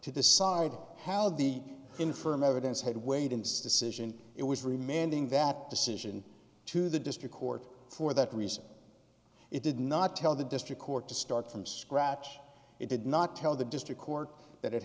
to decide how the infirm evidence had weighed insta cision it was remaining that decision to the district court for that reason it did not tell the district court to start from scratch it did not tell the district court that it